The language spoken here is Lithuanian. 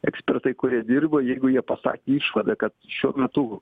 ekspertai kurie dirba jeigu jie pasakė išvadą kad šiuo metu